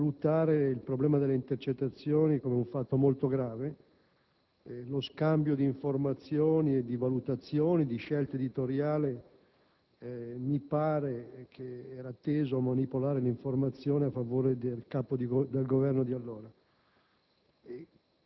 valutare il problema delle intercettazioni come fatto molto grave, lo scambio di informazioni e di valutazioni di scelte editoriali mi pare fosse teso a manipolare l'informazione a favore dell'allora Capo del Governo.